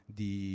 di